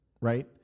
right